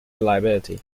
reliability